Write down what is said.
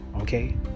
okay